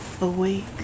awake